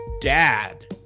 dad